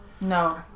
No